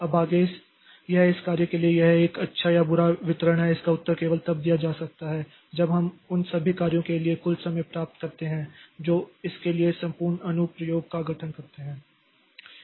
अब आगे यह इस कार्य के लिए यह का एक अच्छा या बुरा वितरण है इसका उत्तर केवल तब दिया जा सकता है जब हम उन सभी कार्यों के लिए कुल समय प्राप्त करते हैं जो इसके लिए संपूर्ण अनुप्रयोग का गठन करते हैं